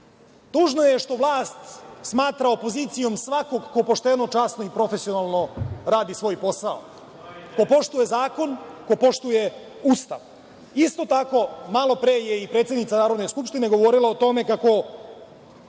Tužno je što vlast smatra opozicijom svakog ko pošteno, časno i profesionalno radi svoj posao, ko poštuje zakon, ko poštuje Ustav. Isto tako, malopre je i predsednica Narodne skupštine govorila o tome, kako